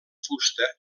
fusta